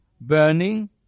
burning